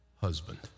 Husband